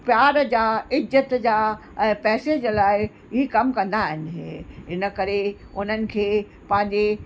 प्यार जा इज़त जा ऐं पैसे जे लाइ ई कमु कंदा आहिनि इन करे उन्हनि खे पंहिंजे